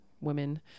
women